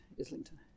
Islington